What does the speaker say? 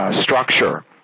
structure